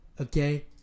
okay